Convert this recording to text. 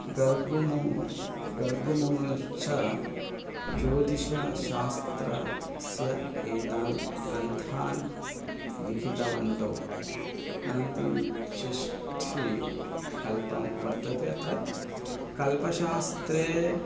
गर्गुमु गर्गुमुङ्गुश्च ज्योतिषशास्त्रस्य एतान् ग्रन्थान् लिखितवन्तौ अनन्तरं षष्ठं कल्पं वर्तते अत्र कल्पशास्त्रे